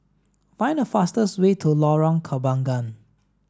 find the fastest way to Lorong Kembagan